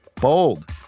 Bold